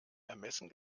ermessen